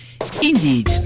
Indeed